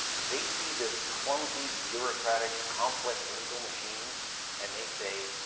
they see this clumsy bureaucratic complex legal machine and they say,